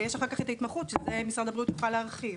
ויש אחר כך ההתמחות שעל זה משרד הבריאות יוכל להרחיב.